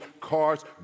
cars